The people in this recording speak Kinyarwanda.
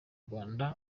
rwanda